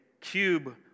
cube